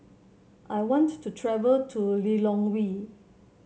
I want to travel to Lilongwe